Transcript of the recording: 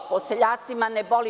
Po seljacima ne boli.